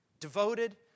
Devoted